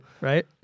Right